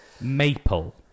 Maple